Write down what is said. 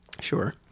Sure